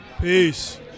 Peace